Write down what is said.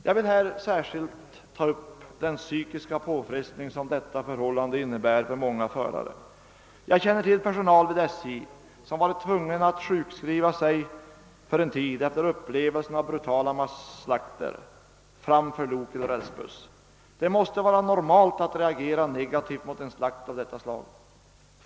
Jag vill här särskilt ta upp den psykiska påfrestning som detta förhållande kan betyda för många förare. Jag känner till personal vid SJ som varit tvungen att sjukskriva sig efter upplevelsen av brutala masslakter framför lok eller rälsbuss. Det måste vara normalt att reagera negativt mot en slakt av detta slag.